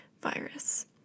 virus